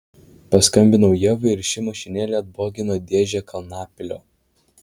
paskambinau ievai ir ši mašinėle atbogino dėžę kalnapilio